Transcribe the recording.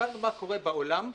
כשהסתכלנו מה קורה בעולם,